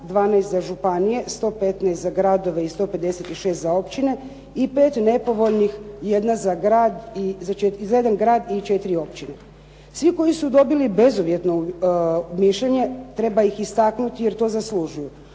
12 za županije, 115 za gradove i 156 za općine, i 5 nepovoljnih za jedan grad i četiri općine. Svi koji su dobili bezuvjetno mišljenje treba ih istaknuti jer to zaslužuju,